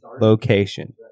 location